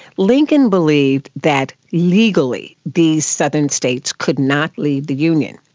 lincoln believed that legally these southern states could not lead the union,